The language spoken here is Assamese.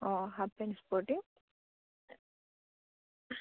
অঁ হাফ পেন্ট স্পৰ্টিং